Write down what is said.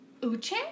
Uche